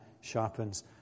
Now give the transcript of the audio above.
sharpens